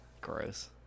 Gross